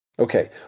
Okay